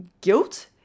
guilt